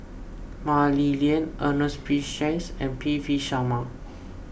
Mah Li Lian Ernest P Shanks and P V Sharma